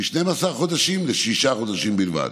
מ-12 חודשים ל-6 חודשים בלבד.